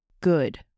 good